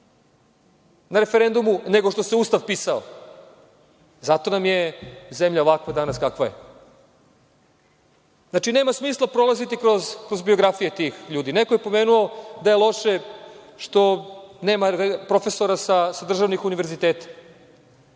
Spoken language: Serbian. na referendumu nego što se Ustav pisao, zato nam je zemlja ovakva danas kakva je. Znači, nema smisla prolaziti kroz biografije tih ljudi. Neko je pomenuo da je loše što nema profesora sa državnih univerziteta,